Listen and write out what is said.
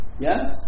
Yes